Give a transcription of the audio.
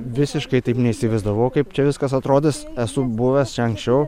visiškai taip neįsivaizdavau kaip čia viskas atrodys esu buvęs čia anksčiau